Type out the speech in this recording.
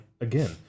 again